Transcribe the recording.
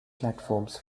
platforms